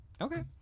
Okay